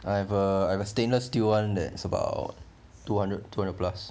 I have a stainless steel [one] that is about two hundred two hundred plus